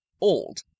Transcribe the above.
Old